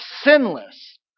sinless